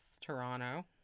Toronto